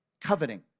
Coveting